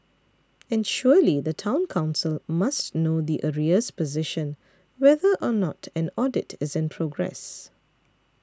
and surely the Town Council must know the arrears position whether or not an audit is in progress